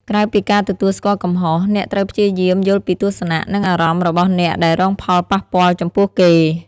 ក្រៅពីការទទួលស្គាល់កំហុស អ្នកត្រូវព្យាយាមយល់ពីទស្សនៈ និងអារម្មណ៍របស់អ្នកដែលរងផលប៉ះពាល់ចំពោះគេ។